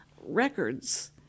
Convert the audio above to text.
records